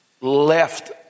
left